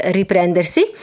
riprendersi